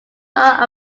part